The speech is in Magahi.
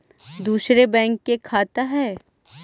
दुसरे बैंक के खाता हैं?